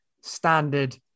standard